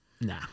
Nah